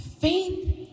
faith